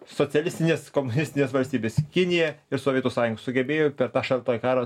socialistinės komunistinės valstybės kinija ir sovietų sąjunga sugebėjo per tą šaltąjį karą